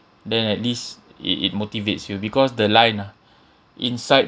then at least it it motivates you because the line ah inside